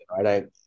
right